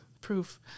proof